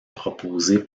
proposé